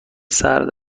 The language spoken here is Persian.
سرد